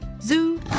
Zoo